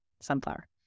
sunflower